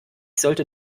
sollte